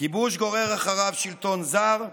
"כיבוש גורר אחריו שלטון זר,